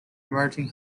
emerging